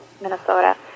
minnesota